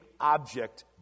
object